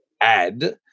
add